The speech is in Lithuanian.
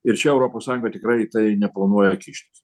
ir čia europos sąjunga tikrai į tai neplanuoja kištis